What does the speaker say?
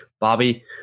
Bobby